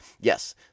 yes